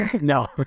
No